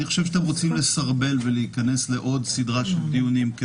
אני חושב שאתם רוצים לסרבל ולהיכנס לעוד סדרה של דיונים,